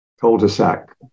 cul-de-sac